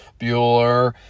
Bueller